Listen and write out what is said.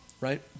Right